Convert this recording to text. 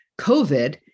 COVID